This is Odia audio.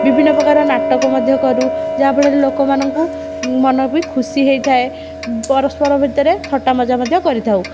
ବିଭିନ୍ନ ପ୍ରକାର ନାଟକ ମଧ୍ୟ କରୁ ଯାହା ଫଳରେ ଲୋକମାନଙ୍କ ମନ ବି ଖୁସି ହେଇଥାଏ ପରସ୍ପର ଭିତରେ ଥଟ୍ଟା ମଜା ମଧ୍ୟ କରିଥାଉ